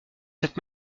cette